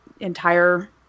entire